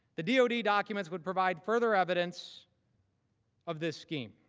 the dod documents would provide further evidence of this scheme.